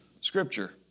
Scripture